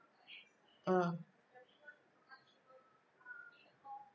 mm